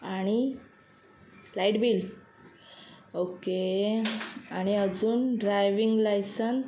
आणि light bill okay आणि अजून ड्रायविंग लायसन